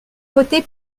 voter